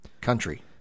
country